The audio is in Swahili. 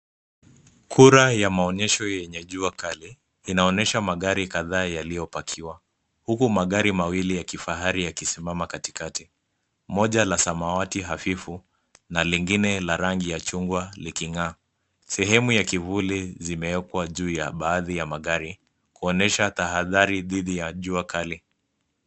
Kura ya maonyesho yenye jua kali inaonyesha magari kadhaa yaliyopakiwa, huku magari mawili ya kifahari yakisimama katikati. Moja la samawati hafifu na lingine la rangi ya chungwa liking'aa. Sehemu ya kivuli zimewekwa juu ya baadhi ya magari, kuonyesha tahadhari dhidi ya jua kali.